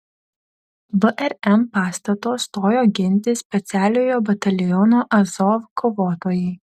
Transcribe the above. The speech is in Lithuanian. vrm pastato stojo ginti specialiojo bataliono azov kovotojai